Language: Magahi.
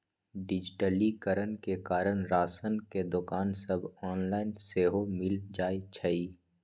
डिजिटलीकरण के कारण राशन के दोकान सभ ऑनलाइन सेहो मिल जाइ छइ